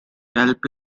kelp